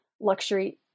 luxury